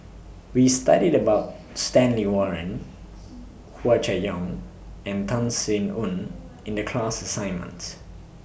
We studied about Stanley Warren Hua Chai Yong and Tan Sin Aun in The class assignment